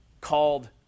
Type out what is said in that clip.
called